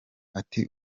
ati